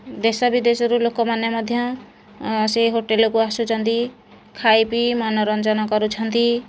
ଦେଶବିଦେଶରୁ ଲୋକମାନେ ମଧ୍ୟ ସେହି ହୋଟେଲକୁ ଆସୁଛନ୍ତି ଖାଇପିଇ ମନୋରଞ୍ଜନ କରୁଛନ୍ତି